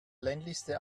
ländlichste